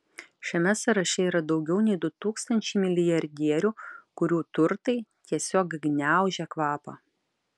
šiame sąraše yra daugiau nei du tūkstančiai milijardierių kurių turtai tiesiog gniaužia kvapą